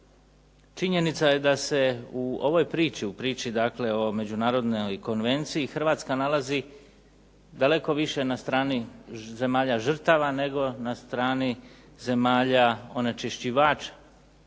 Činjenica je da se u ovoj priči, u priči dakle o međunarodnoj konvenciji Hrvatska nalazi daleko više na strani zemalja žrtava, nego na strani zemalja onečišćivača.